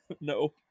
no